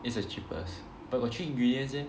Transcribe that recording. that's the cheapest but got three ingredients eh